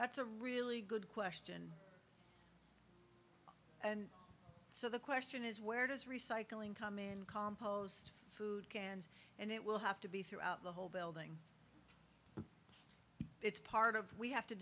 that's a really good question and so the question is where does recycling come in compost food cans and it will have to be throughout the whole building it's part of we have to